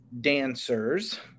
dancers